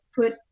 put